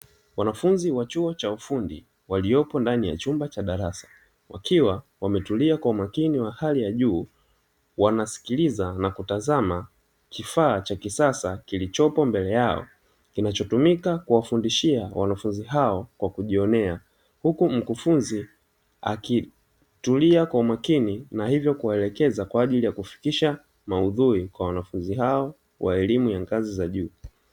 Wanafunzi wa chuo cha ufundi waliopo ndani ya chumba cha darasa wakiwa wametulia kwa umakini wa hali ya juu, wanaskiliza na kutazama kifaa cha kisasa kilichopo mbele yao kinachotumika kuwafundishia wanafunzi hao kwa kujionea, huku mkufunzi akitulia kwa umakini na hivyo kuwaelekeza kwa ajili ya kufikisha maudhui kwa wanafunzi hao wa elimu ya ngazi za juu.